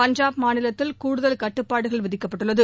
பஞ்சாப் மாநிலத்தில் கூடுதல் கட்டுப்பாடுகள் விதிக்கப்பட்டுள்ளது